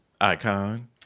Icon